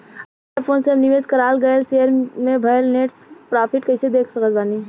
अपना फोन मे हम निवेश कराल गएल शेयर मे भएल नेट प्रॉफ़िट कइसे देख सकत बानी?